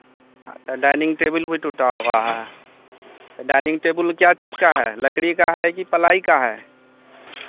अच्छा dining table भी टूटा हुआ है तो डाइनिंग टेबुल क्या चीज का है लकड़ी का है कि प्लाई का है